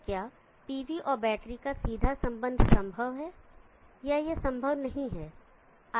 तो क्या pv और बैटरी का सीधा संबंध संभव है या यह संभव नहीं है